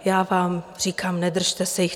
Já vám říkám, nedržte se jich.